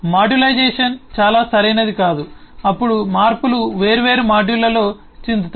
modularisation చాలా సరైనది కాదు అప్పుడు మార్పులు వేర్వేరు మాడ్యూళ్ళలో చిందుతాయి